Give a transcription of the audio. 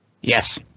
Yes